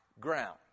ground